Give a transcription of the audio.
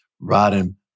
riding